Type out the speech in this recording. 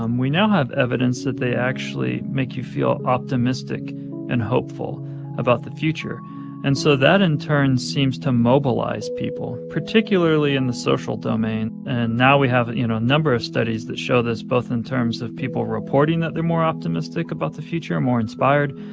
um we now have evidence that they actually make you feel optimistic and hopeful about the future and so that in and turn seems to mobilize people particularly in the social domain. and now we have, you know, a number of studies that show this both in terms of people reporting that they're more optimistic about the future, more inspired,